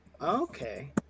Okay